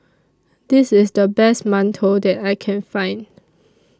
This IS The Best mantou that I Can Find